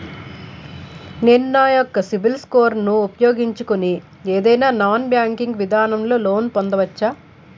నేను నా యెక్క సిబిల్ స్కోర్ ను ఉపయోగించుకుని ఏదైనా నాన్ బ్యాంకింగ్ విధానం లొ లోన్ పొందవచ్చా?